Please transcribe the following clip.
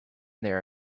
there